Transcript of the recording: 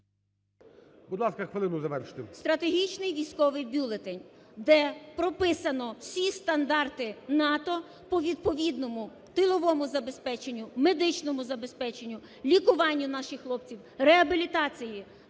Будь ласка, хвилину завершити.